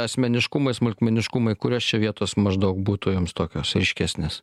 asmeniškumai smulkmeniškumai kurios čia vietos maždaug būtų jums tokios aiškesnės